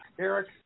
Eric